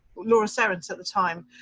laura serrant at the time,